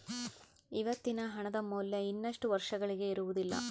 ಇವತ್ತಿನ ಹಣದ ಮೌಲ್ಯ ಇನ್ನಷ್ಟು ವರ್ಷಗಳಿಗೆ ಇರುವುದಿಲ್ಲ